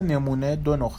نمونهمن